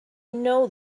know